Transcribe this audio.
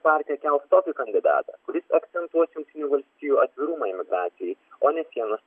partija kels tokį kandidatą kuris akcentuos jungtinių valstijų atvirumą imigracijai o ne sienos